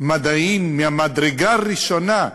מדעיים מהמדרגה הראשונה,